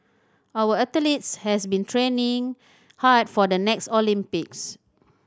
our athletes has been training hard for the next Olympics